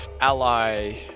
ally